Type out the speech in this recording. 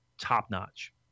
top-notch